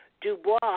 Dubois